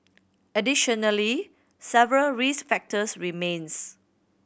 additionally several risk factors remains